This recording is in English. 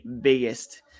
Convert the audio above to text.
biggest